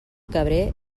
cabré